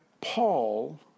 Paul